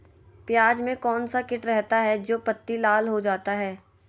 प्याज में कौन सा किट रहता है? जो पत्ती लाल हो जाता हैं